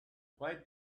why